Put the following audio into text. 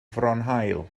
fronhaul